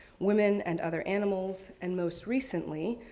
women and other animals, and most recently,